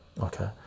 Okay